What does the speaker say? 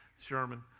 Sherman